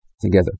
together